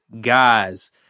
guys